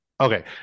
okay